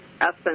essence